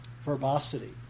Verbosity